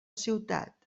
ciutat